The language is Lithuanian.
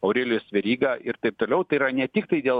aurelijus veryga ir taip toliau tai yra ne tiktai dėl